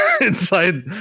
inside